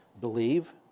believe